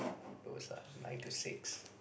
those are nine to six